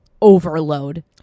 overload